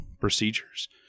procedures